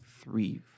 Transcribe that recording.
three